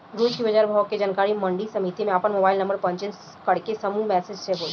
रोज के बाजार भाव के जानकारी मंडी समिति में आपन मोबाइल नंबर पंजीयन करके समूह मैसेज से होई?